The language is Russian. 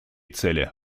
цели